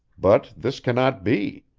but this cannot be.